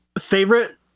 favorite